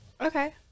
okay